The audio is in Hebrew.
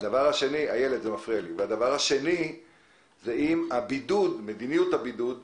והשני, אם מדיניות הבידוד תיפסק,